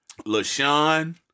LaShawn